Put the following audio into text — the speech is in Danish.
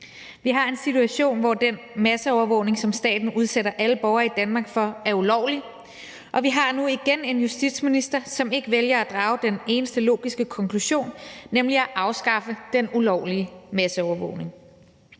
Vi har en situation, hvor den masseovervågning, som staten udsætter alle borgere i Danmark for, er ulovlig, og vi har nu igen en justitsminister, som ikke vælger at drage den eneste logiske konklusion, nemlig at afskaffe den ulovlige masseovervågning.